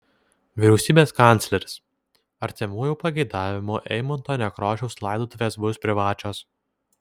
vyriausybės kancleris artimųjų pageidavimu eimunto nekrošiaus laidotuvės bus privačios